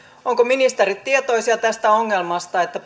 ovatko ministerit tietoisia tästä ongelmasta että